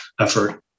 effort